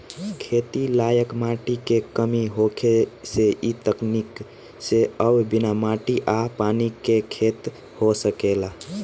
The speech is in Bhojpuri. खेती लायक माटी के कमी होखे से इ तकनीक से अब बिना माटी आ पानी के खेती हो सकेला